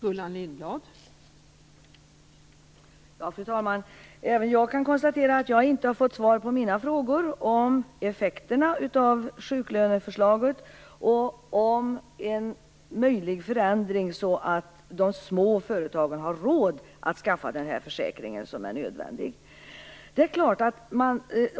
Fru talman! Även jag kan konstatera att jag inte fått svar på mina frågor om effekterna av sjuklöneförslaget och om en möjlig förändring så att de små företagarna får råd att skaffa denna försäkring, som ju är nödvändig.